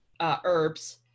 herbs